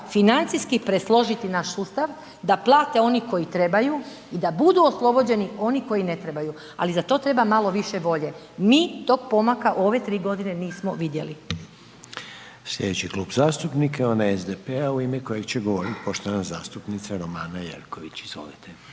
financijski presložiti naš sustav da plate oni koji trebaju i da budu oslobođeni oni koji ne trebaju, ali za to treba malo više volje. Mi tog pomaka u ove tri godine nismo vidjeli. **Reiner, Željko (HDZ)** Sljedeći klub zastupnika je onaj SDP-a u ime kojeg će govoriti poštovana zastupnica Romana Jerković. Izvolite.